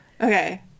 Okay